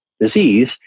disease